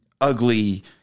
ugly